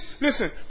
listen